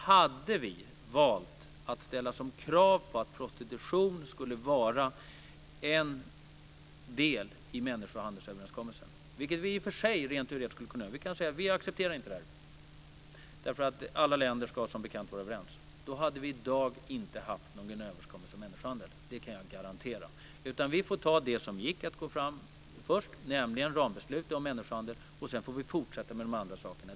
Hade vi valt att ställa som krav att prostitution skulle vara en del i människohandelsöverenskommelsen - vilket vi rent teoretiskt skulle kunnat göra, vi skulle kunnat säga att vi inte accepterar detta därför att alla länder som bekant ska vara överens - hade vi i dag inte haft någon överenskommelse om människohandel. Det kan jag garantera. Vi får ta det som går att få fram först, nämligen rambeslut om människohandel. Sedan får vi fortsätta med de andra sakerna.